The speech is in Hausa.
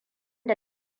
da